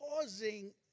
causing